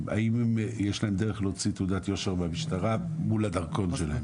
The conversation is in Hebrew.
האם יש להם דרך להוציא תעודת יושר במשטרה מול הדרכון שלהם?